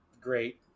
great